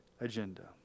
agenda